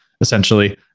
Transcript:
essentially